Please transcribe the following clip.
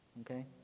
okay